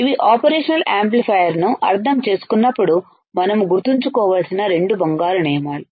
ఇవి ఆపరేషనల్ యాంప్లిఫైయర్ను అర్థం చేసుకున్నప్పుడు మనం గుర్తుంచుకోవలసిన రెండు బంగారు నియమాలు